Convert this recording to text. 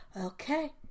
Okay